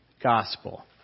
gospel